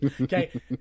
Okay